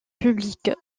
publique